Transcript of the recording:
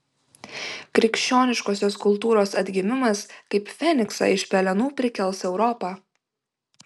krikščioniškosios kultūros atgimimas kaip feniksą iš pelenų prikels europą